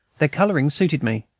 their coloring suited me,